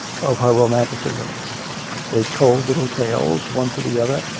of her romanticism they told little tales, one to the other,